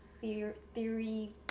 theory